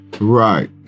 Right